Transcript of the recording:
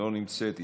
לא נמצאת,